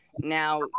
Now